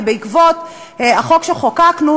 בעקבות החוק שחוקקנו,